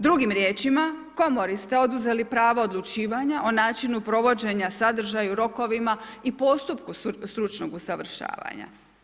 Drugim riječima, komori ste oduzeli pravo odlučivanja o načinu provođenja, o sadržaju, rokovima i postupku stručnog usavršavanja.